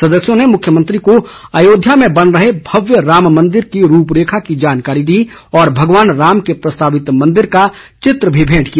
सदस्यों ने मुख्यमंत्री को अयोध्या में बन रहे भव्य राम मंदिर की रूपरेखा की जानकारी दी और भगवान राम के प्रस्तावित मंदिर का चित्र भी भेंट किया